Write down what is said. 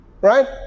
Right